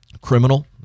criminal